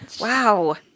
Wow